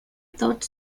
taught